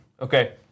Okay